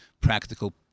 practical